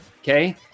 Okay